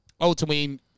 ultimately